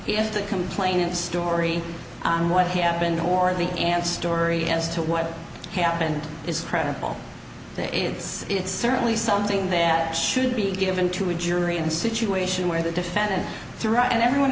if the complainant story on what happened or the and story as to what happened is credible it's it's certainly something that should be given to a jury in situation where the defendant through right and everyone